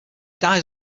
dies